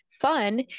fun